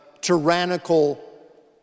tyrannical